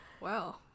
wow